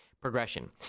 progression